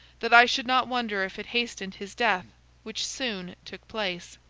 that i should not wonder if it hastened his death which soon took place.